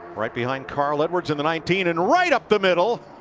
right behind karl edwards in the nineteen and right up the middle.